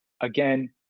again